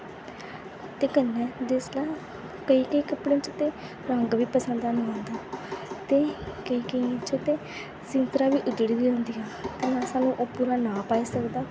ते कन्नै जिसले केईं केईं कपड़े च ते रंग बी पसंद करना पौंदा ऐ ते केईं केईं च ते सींतरां बी उदडी दियां होंदिया ते इस स्हाबै नेईं पुरा नाप आई सकदा